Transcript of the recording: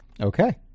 Okay